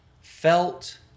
felt